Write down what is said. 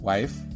Wife